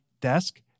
desk